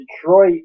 Detroit